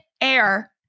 air